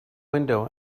window